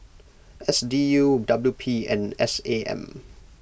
S D U W P and S A M